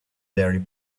diary